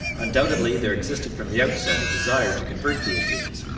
undoubtedly there existed from the outset a desire to convert the indians,